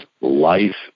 life